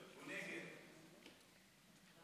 אינו נוכח, חבר הכנסת מיקי לוי, אינו נוכח.